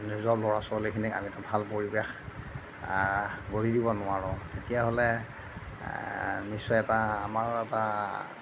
নিজৰ ল'ৰা ছোৱালীখিনিক আমি এটা ভাল পৰিৱেশ গঢ়ি দিব নোৱাৰোঁ তেতিয়া হ'লে নিশ্চয় এটা আমাৰ এটা